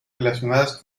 relacionadas